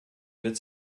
wird